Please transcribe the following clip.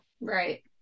right